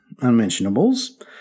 unmentionables